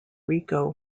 rico